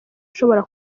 ushobora